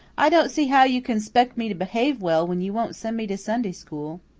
i don't see how you can spect me to behave well when you won't send me to sunday school.